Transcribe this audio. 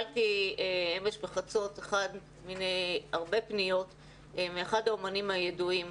אמש בחצות קיבלתי פנייה מאחד האמנים הידועים.